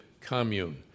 commune